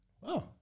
Wow